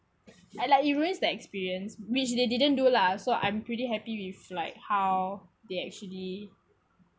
and like it ruins the experience which they didn't do lah so I'm pretty happy with like how they actually